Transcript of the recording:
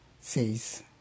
says